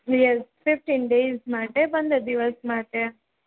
yes fifteen days માટે પંદર દિવસ માટે